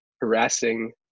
harassing